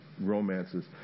romances